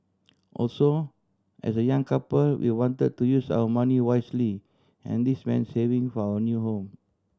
also as a young couple we wanted to use our money wisely and this meant saving for our new home